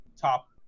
top